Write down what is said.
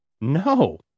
no